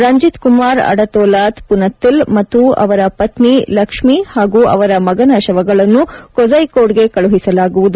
ರಂಜಿತ್ ಕುಮಾರ್ ಅಡತೋಲಾತ್ ಪುನತ್ತಿಲ್ ಮತ್ತು ಅವರ ಪತ್ನಿ ಲಕ್ಷ್ಮಿ ಹಾಗೂ ಅವರ ಮಗನ ಶವಗಳನ್ನು ಕೋಝಿಕೋಡ್ಗೆ ಕಳುಹಿಸಲಾಗುವುದು